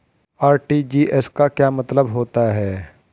RTGS का क्या मतलब होता है?